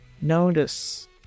notice